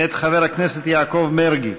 מאת חבר הכנסת יעקב מרגי.